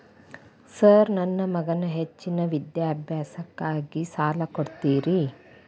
Sir ನನ್ನ ಮಗನ ಹೆಚ್ಚಿನ ವಿದ್ಯಾಭ್ಯಾಸಕ್ಕಾಗಿ ಸಾಲ ಕೊಡ್ತಿರಿ?